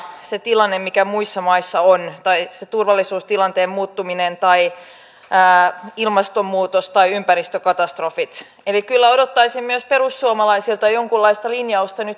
kummallakaan puolella ei nyt olla pulmusia tässä asiassa mutta kyllä tämä aktn toiminta kuvastaa sitä vastuuttomuutta kerta kaikkiaan sitä omaa napaan katsomista mitä nyt ei tarvittaisi